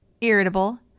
irritable